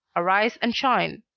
arise and shine.